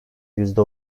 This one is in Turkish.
yüzde